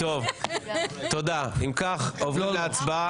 אם כך, מי בעד טענת נושא חדש?